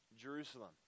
Jerusalem